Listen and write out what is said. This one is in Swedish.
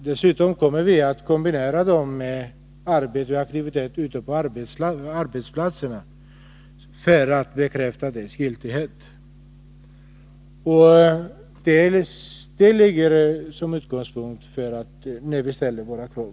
Dessutom kommer vi att kombinera detta med verksamhet ute på arbetsplatserna för att få kravens giltighet bekräftad. Det är utgångspunkten när vi ställer våra krav.